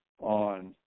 on